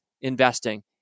investing